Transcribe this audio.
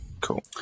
Cool